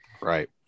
Right